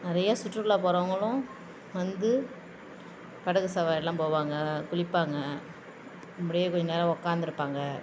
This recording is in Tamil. நிறையா சுற்றுலா போகிறவங்களும் வந்து படகு சவாரியெலாம் போவாங்க குளிப்பாங்க இப்படியே கொஞ்ச நேரம் உக்காந்துருப்பாங்க